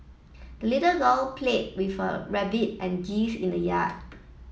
the little girl played with her rabbit and geese in the yard